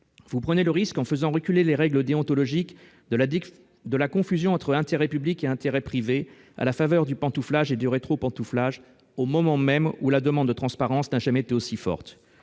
Vous prenez le risque, en faisant reculer les règles déontologiques, de la confusion entre intérêt public et intérêts privés, à la faveur du pantouflage et du rétropantouflage, au moment même où la demande de transparence n'a jamais été aussi forte.